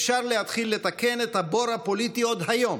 אפשר להתחיל לתקן את הבור הפוליטי עוד היום,